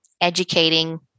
educating